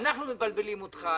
אנחנו מבלבלים אותך,